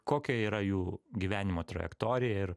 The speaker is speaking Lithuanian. kokia yra jų gyvenimo trajektorija ir